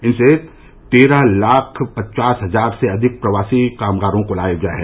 इनसे तेरह लाख पचास हजार से अधिक प्रवासी कामगारों को लाया गया है